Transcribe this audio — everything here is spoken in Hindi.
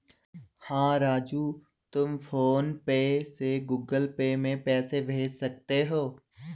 हां राजू तुम फ़ोन पे से गुगल पे में पैसे भेज सकते हैं